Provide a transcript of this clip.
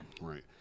Right